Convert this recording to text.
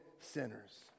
sinners